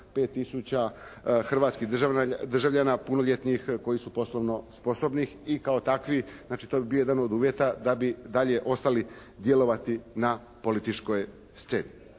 hrvatskih državljana punoljetnih koji su poslovno sposobni i kao takvi, znači to bi bio jedan od uvjeta da bi dalje ostali djelovati na političkoj sceni.